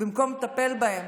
במקום לטפל בהם,